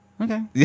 Okay